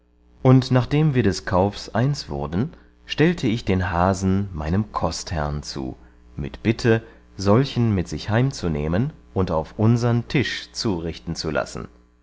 und nachdem wir des kaufs eins wurden stellte ich den hasen meinem kostherrn zu mit bitte solchen mit sich heimzunehmen und auf unsern tisch zurichten zu lassen